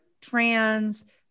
trans